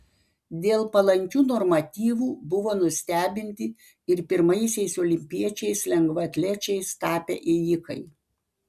dėl palankių normatyvų buvo nustebinti ir pirmaisiais olimpiečiais lengvaatlečiais tapę ėjikai